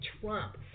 Trump